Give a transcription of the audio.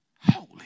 holy